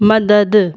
मदद